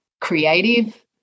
creative